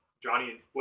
Johnny